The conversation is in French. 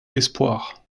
espoirs